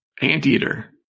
Anteater